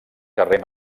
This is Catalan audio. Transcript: carrer